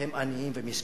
הם עניים ומסכנים.